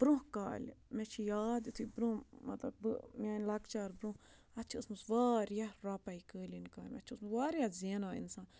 برونٛہہ کالہِ مےٚ چھِ یاد یُتھُے برونٛہہ مطلب بہٕ میٛانہِ لۄکچار برونٛہہ اَتھ چھِ ٲسمٕژ واریاہ رۄپَے قٲلیٖن کامہِ اَتھ چھُ اوسمُ واریاہ زینان اِنسان